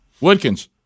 Woodkins